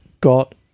got